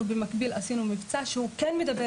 אנחנו מבקביל עשינו מבצע שכן מדבר